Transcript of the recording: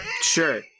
Sure